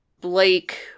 Blake